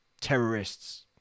terrorists